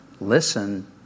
listen